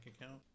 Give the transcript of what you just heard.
account